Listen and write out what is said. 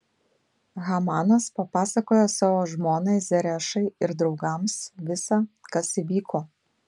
hamanas papasakojo savo žmonai zerešai ir draugams visa kas įvyko